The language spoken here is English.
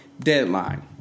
deadline